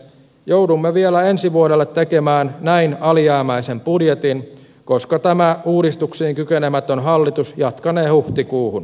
joudumme vielä ensi vuodelle tekemään näin alijäämäisen budjetin koska tämä uudistuksiin kykenemätön hallitus jatkanee huhtikuuhun